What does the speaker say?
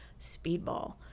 Speedball